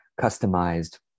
customized